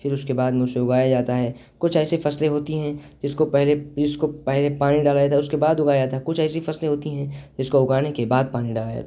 پھر اس کے بعد میں اسے اگایا جاتا ہے کچھ ایسی فصلیں ہوتی ہیں جس کو پہلے جس کو پہلے پانی ڈالا جاتا ہے اس کے بعد اگایا جاتا ہے کچھ ایسی فصلیں ہوتی ہیں جس کو اگانے کے بعد پانی ڈالا جاتا